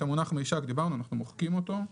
על המונח מישק דיברנו, אנחנו מוחקים אותו.